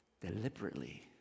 deliberately